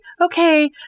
okay